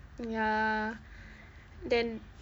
ya then